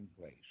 place